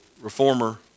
reformer